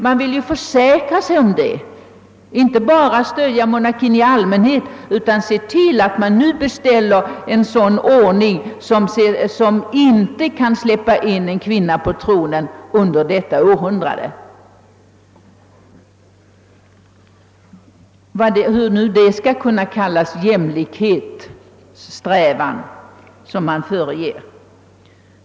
Man vill alltså inte bara stödja monarkin i allmänhet utan även se till att det inte blir en ordning, där en kvinna kan komma att släppas upp På tronen under detta århundrade. Jag undrar hur detta kan vara förenligt med den jämlikhetssträvan som man föreger sig ha.